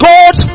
God